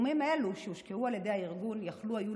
סכומים אלו שהושקעו על ידי הארגון יכלו להיות